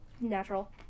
natural